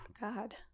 God